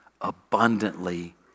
abundantly